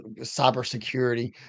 cybersecurity